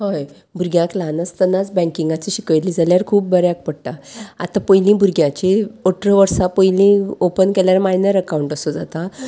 हय भुरग्यांक ल्हान आसतनाच बँकिंगाची शिकयली जाल्यार खूब बऱ्याक पडटा आतां पयलीं भुरग्यांची अठरा वर्सां पयलीं ओपन केल्यार मायनर अकाउंट असो जाता